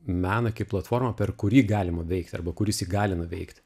meną kaip platformą per kurį galima veikti arba kuris įgalina veikti